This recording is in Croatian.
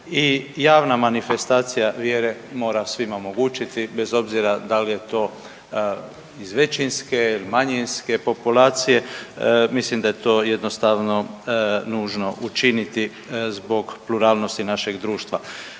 i javna manifestacija vjere mora svima omogućiti bez obzira da li je to iz većinske, manjinske populacije, mislim da je to jednostavno nužno učiniti zbog pluralnosti našeg društva.